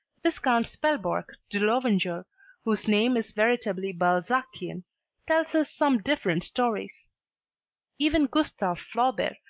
viscount spelboerch de lovenjoul whose name is veritably balzac-ian tells us some different stories even gustave flaubert,